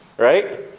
Right